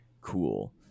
cool